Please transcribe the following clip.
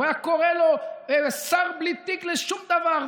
והוא היה קורא לו "שר בלי תיק לשום דבר",